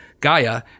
Gaia